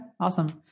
Awesome